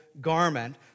garment